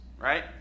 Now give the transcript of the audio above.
right